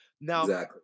Now